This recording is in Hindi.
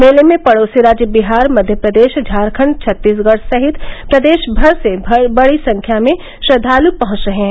मेले में पड़ोसी राज्य विहार मध्यप्रदेश झारखण्ड छत्तीसगढ़ सहित प्रदेश भर से बड़ी संख्या में श्रद्वालु पहुंच रहे हैं